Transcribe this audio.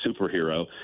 superhero